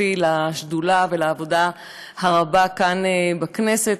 שותפתי לשדולה ולעבודה הרבה כאן בכנסת,